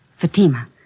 Fatima